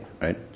right